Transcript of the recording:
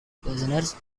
prisoners